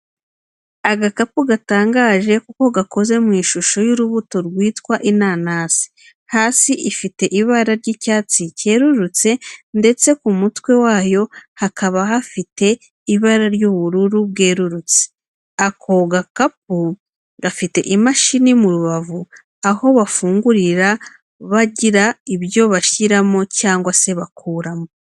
Agakapu gatangaje kuko gakoze mu ishusho y'urubuto rwitwa inanasi hasi ifite ibara ry'icyatsi cyerurutse ndetse ku mutwe wayo hakaba hafite ibara ry'ubururu bwerurutse. Ako gakapu gafite imashini mu rubavu aho bafungurira bagira ibyo bashyiramo cyangwa se bakuramo.